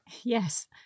Yes